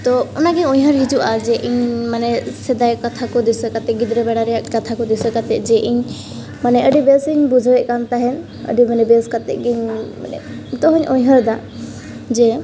ᱛᱚ ᱚᱱᱟᱜᱮ ᱩᱭᱦᱟᱹᱨ ᱦᱤᱡᱩᱜᱼᱟ ᱡᱮ ᱤᱧ ᱢᱟᱱᱮ ᱥᱮᱫᱟᱭ ᱠᱟᱛᱷᱟ ᱠᱚ ᱫᱤᱥᱟᱹ ᱠᱟᱛᱮ ᱜᱮ ᱜᱤᱫᱽᱨᱟᱹ ᱵᱮᱲᱟ ᱨᱮᱭᱟᱜ ᱠᱟᱛᱷᱟᱠᱚ ᱫᱤᱥᱟᱹ ᱠᱟᱛᱮ ᱡᱮ ᱤᱧ ᱢᱟᱱᱮ ᱟᱹᱰᱤ ᱵᱮᱥᱤᱧ ᱵᱩᱡᱷᱟᱹᱣᱮᱫ ᱠᱟᱱ ᱛᱟᱦᱮᱱ ᱟᱹᱰᱤ ᱢᱟᱱᱮ ᱵᱮᱥ ᱠᱟᱛᱮ ᱜᱮ ᱱᱤᱛᱚᱜ ᱦᱚᱸᱧ ᱩᱭᱦᱟᱹᱨ ᱮᱫᱟ ᱡᱮ